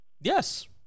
Yes